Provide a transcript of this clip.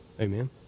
Amen